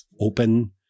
open